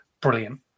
Brilliant